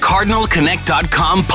CardinalConnect.com